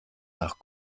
nach